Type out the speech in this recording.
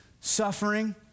suffering